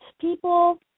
people